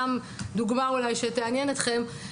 דוגמה שתעניין אתכם: